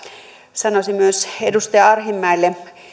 sanoisin myös edustaja arhinmäelle